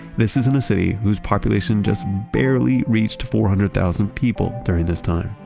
this isn't a city whose population just barely reached four hundred thousand people during this time.